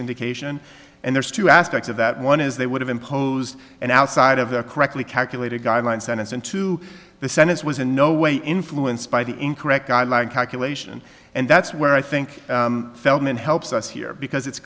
indication and there's two aspects of that one is they would have imposed an outside of their correctly calculated guideline sentence into the sentence was in no way influenced by the incorrect guideline calculation and that's where i think feldman helps us here because it's